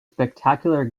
spectacular